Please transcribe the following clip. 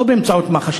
לא באמצעות מח"ש,